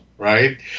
right